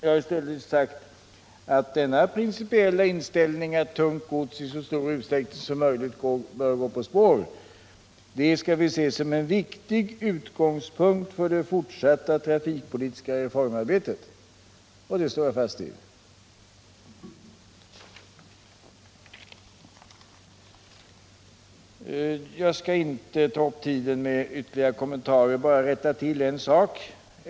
I stället har jag sagt att den principiella inställningen att tungt gods i så stor utsträckning som möjligt bör gå på spår skall ses som en viktig utgångspunkt för det fortsatta trafikpolitiska reformarbetet. Det står jag fast vid. Jag skall inte ta upp tiden med ytterligare kommentarer utan bara rätta till en sak.